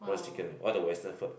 roast chicken ah what the western food